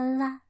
la